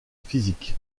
physique